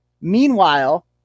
Meanwhile